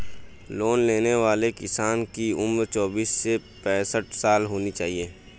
loan लेने वाले किसान की उम्र चौबीस से पैंसठ साल होना चाहिए